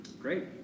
Great